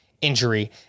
injury